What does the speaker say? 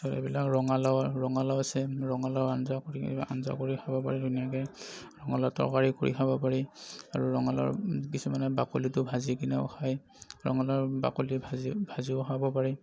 এইবিলাক ৰঙালাও ৰঙালাও আছে ৰঙালাও আঞ্জা কৰি আঞ্জা কৰিও খাব পাৰি ধুনীয়াকৈ ৰঙালাও তৰকাৰী কৰি খাব পাৰি আৰু ৰঙালাওৰ কিছুমানে বাকলিটো ভাজি কিনেও খায় ৰঙালাওৰ বাকলি ভাজি ভাজিও খাব পাৰি